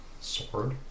sword